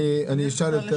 אני אשאל יותר